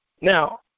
Now